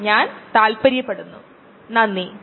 അടുത്ത പ്രഭാഷണത്തിൽ കാണാം